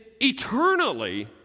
eternally